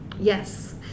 Yes